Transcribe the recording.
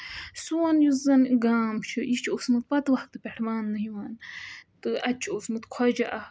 سون یُس زَن گام چھُ یہِ چھُ اوسمُت پَتہٕ وقتہٕ پٮ۪ٹھ ماننہٕ یِوان تہٕ اَتہِ چھُ اوسمُت خۄجہِ اَکھ